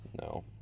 No